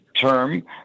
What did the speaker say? term